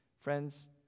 Friends